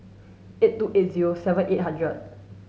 eight two eight zero seven eight hundred